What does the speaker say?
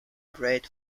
bred